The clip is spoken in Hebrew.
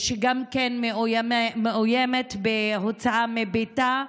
היא גם מאוימת בהוצאה מביתה.